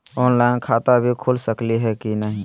Online खाता भी खुल सकली है कि नही?